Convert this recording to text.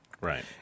Right